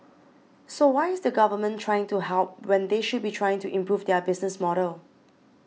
so why is the Government trying to help when they should be trying to improve their business model